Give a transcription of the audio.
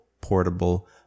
portable